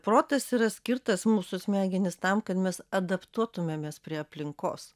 protas yra skirtas mūsų smegenys tam kad mes adaptuotumėmės prie aplinkos